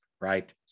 Right